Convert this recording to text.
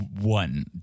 One